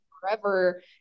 forever